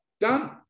done